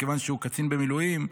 מכיוון שהוא קצין במילואים.